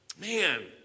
Man